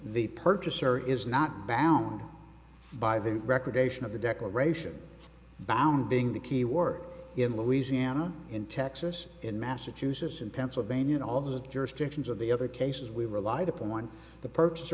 the purchaser is not bound by the recreation of the declaration bound being the key word in louisiana in texas in massachusetts in pennsylvania in all the jurisdictions of the other cases we relied upon the p